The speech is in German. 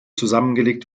zusammengelegt